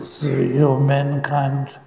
humankind